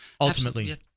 ultimately